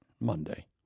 Monday